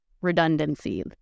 redundancy